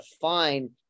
find